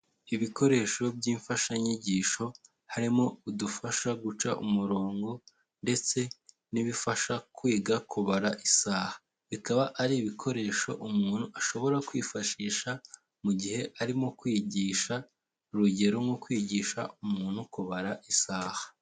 Ibikoresho by'imfashanyigisho, harimo udufasha guca umurongo ndetse n'ibifasha kwiga kubara isaha, bikaba ari ibikoresho umuntu ashobora kwifashisha mu gihe arimo kwigisha urugero nko kwigisha umuntu kubara isaha.